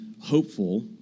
hopeful